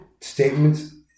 statements